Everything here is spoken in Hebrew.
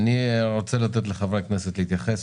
אני רוצה לתת לחברי הכנסת להתייחס.